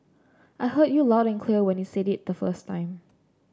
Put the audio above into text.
I heard you loud and clear when you said it the first time